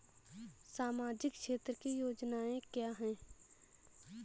सामाजिक क्षेत्र की योजनाएँ क्या हैं?